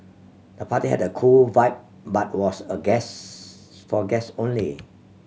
the party had a cool vibe but was a guests for guests only